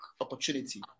opportunity